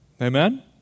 Amen